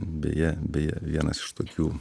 beje beje vienas iš tokių